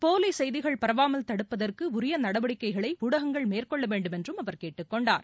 போலி செய்திகள் பரவாமல் தடுப்பதற்கு உரிய நடவடிக்கைகளை ஊடகங்கள் மேற்கொள்ள வேண்டும் என்றும் அவர் கேட்டுக் கொண்டார்